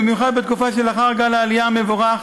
ובמיוחד בתקופה שלאחר גל העלייה המבורך